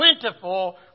plentiful